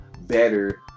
better